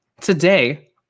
today